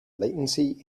latency